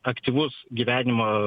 aktyvus gyvenimo